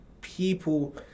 people